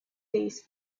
these